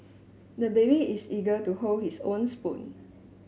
the baby is eager to hold his own spoon